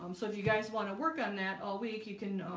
um so if you guys want to work on that all week, you can